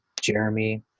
jeremy